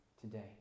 today